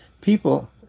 people